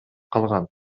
калган